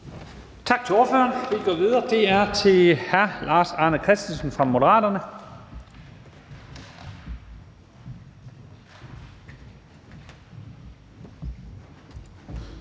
Tak til ordføreren. Vi går videre til hr. Lars Arne Christensen. Velkommen.